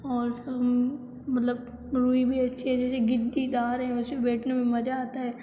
और उसका मतलब रूई भी अच्छी है जैसे गद्दीदार हैं वैसे बैठने में मज़ा आता है